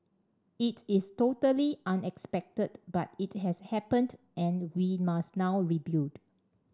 it is totally unexpected but it has happened and we must now rebuild